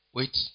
Wait